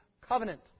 covenant